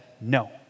no